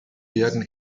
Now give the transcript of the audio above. werden